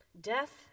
death